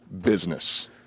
business